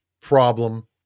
problem